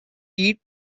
eat